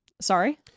Sorry